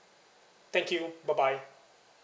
thank you bye bye